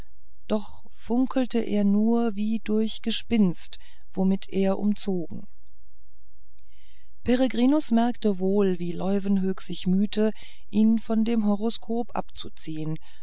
doch funkelte er nur wie durch gespinst womit er umzogen peregrinus merkte wohl wie leuwenhoek sich mühte ihn von dem horoskop abzuziehen